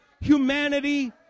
humanity